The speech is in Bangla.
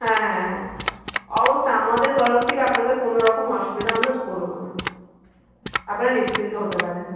হ্যাঁ হ্যাঁ হ্যাঁ অবশ্যই আমাদের তরফ থেকে আপনাদের কোনো রকম অসুবিধা আমরা করবো না আপনারা নিশ্চিন্ত হতে পারেন